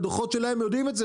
בדוחות שלהם הם יודעים את זה,